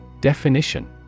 Definition